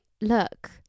look